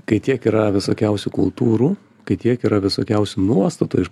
kai tiek yra visokiausių kultūrų kai tiek yra visokiausių nuostatų iš